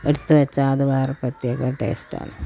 എടുത്ത് വച്ചാൽ അത് വേറെ പ്രത്യേക ടേസ്റ്റാണ്